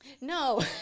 no